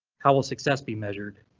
how will success be measured?